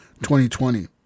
2020